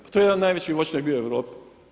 Pa to je jedan najveći voćnjak bio u Europi.